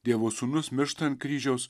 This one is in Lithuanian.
dievo sūnus miršta ant kryžiaus